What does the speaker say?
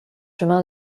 chemin